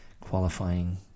qualifying